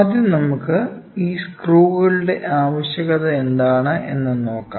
ആദ്യം നമുക്ക് ഈ സ്ക്രൂകളുടെ ആവശ്യകത എന്താണ് എന്ന് നോക്കാം